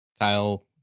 Kyle